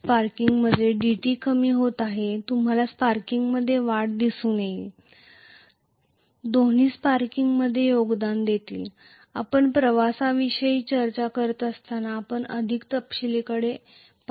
स्पार्किंगमध्ये dt कमी होत आहे तुम्हाला स्पार्किंगमध्ये वाढ दिसून येईल दोन्ही स्पार्किंगमध्ये योगदान देतील आपण प्रवासाविषयी चर्चा करीत असताना आपण अधिक तपशीलाने याकडे पाहू